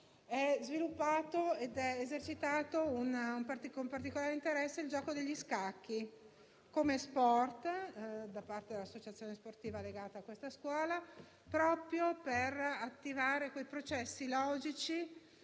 è sviluppato ed è esercitato con particolare interesse il gioco degli scacchi, come sport, da parte dell'associazione sportiva legata a questa scuola, proprio per attivare quei processi logici